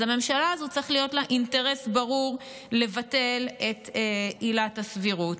אז לממשלה הזאת צריך להיות אינטרס ברור לבטל את עילת הסבירות.